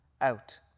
out